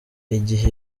igihe